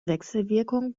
wechselwirkung